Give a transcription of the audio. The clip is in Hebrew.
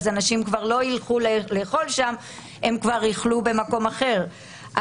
אנשים לא ילכו לאכול שם אלא ילכו לאכול במקום אחר.